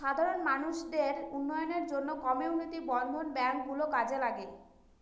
সাধারণ মানুষদের উন্নয়নের জন্য কমিউনিটি বর্ধন ব্যাঙ্ক গুলো কাজে লাগে